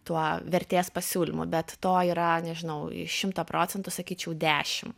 tuo vertės pasiūlymu bet to yra nežinau šimto procentų sakyčiau dešim